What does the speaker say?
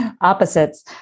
opposites